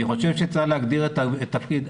אני חושב שצריך להגדיר את התפקיד.